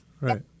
right